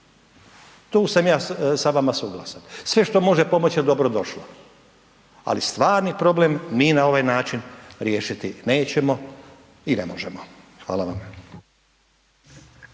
tu sam ja sa vama suglasan, sve što može pomoći je dobro došlo, ali stvarni problem mi na ovaj način riješiti nećemo i ne možemo. Hvala vam.